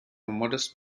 modest